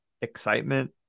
excitement